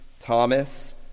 Thomas